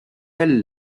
elle